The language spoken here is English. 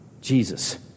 Jesus